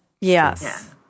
Yes